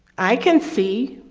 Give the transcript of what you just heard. i can see,